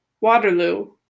Waterloo